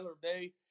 Bay